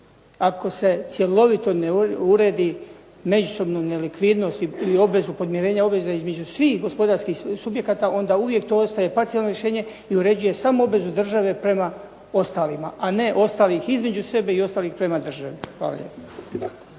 Ako se cjelovito ne uredi međusobnu nelikvidnost i obvezu podmirenja obveza između svih gospodarskih subjekata onda uvijek to ostaje parcijalno rješenje i uređuje samo obvezu države prema ostalima, a ne ostalih između sebe i ostalih prema državi. Hvala lijepo.